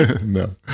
No